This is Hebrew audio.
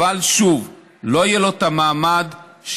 אבל שוב, לא יהיה לו מעמד שר.